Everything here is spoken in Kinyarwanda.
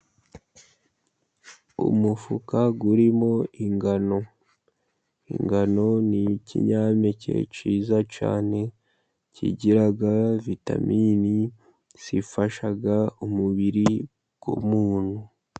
Umufuka urimo ingano. Ingano ni ikinyampeke cyiza cyane, kigira vitamini zifasha umubiri w' umuntu.